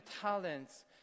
talents